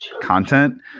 content